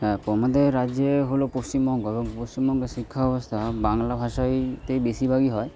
হ্যাঁ পমাদের রাজ্যে হল পশ্চিমবঙ্গ এবং পশ্চিমবঙ্গের শিক্ষাব্যবস্থা বাংলা ভাষাই তেই বেশিরভাগই হয়